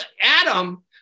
Adam